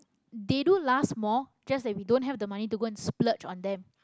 they do last more just that we don't have the money to go and splurge on them